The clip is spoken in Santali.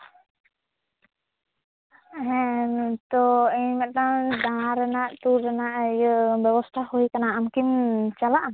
ᱦᱮᱸ ᱱᱤᱛᱳᱜ ᱤᱧ ᱢᱤᱫᱴᱟᱝ ᱫᱟᱬᱟᱱ ᱨᱮᱱᱟᱜ ᱴᱩᱨ ᱨᱮᱱᱟᱜ ᱤᱭᱟᱹ ᱵᱮᱵᱚᱥᱛᱟ ᱦᱩᱭ ᱠᱟᱱᱟ ᱟᱢᱠᱤᱢ ᱪᱟᱞᱟᱜᱼᱟ